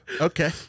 okay